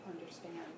understand